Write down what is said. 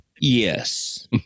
yes